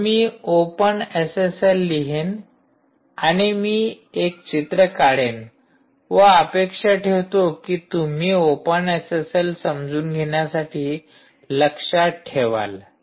तर मी open SSL लिहेन आणि मी एक चित्र काढेन व अपेक्षा ठेवतो कि तुम्ही ओपन एसएसएल समजून घेण्यासाठी लक्षात ठेवाल